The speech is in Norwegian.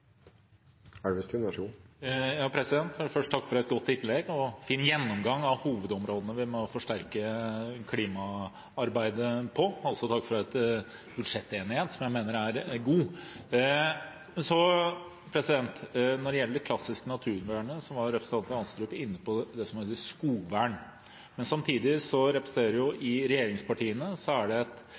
Jeg vil først takke for et godt innlegg og fin gjennomgang av hovedområdene der vi må forsterke klimaarbeidet, altså dagens budsjettenighet, som jeg mener er god. Når det gjelder det klassiske naturvernet, var representanten Astrup inne på det som heter skogvern. Men samtidig er det i regjeringspartiene også et ønske – vi har diskutert plandelen, som har flyttet tidligere – om å flytte mer ansvar ned til den enkelte kommune. Det